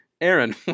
Aaron